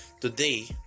today